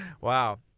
Wow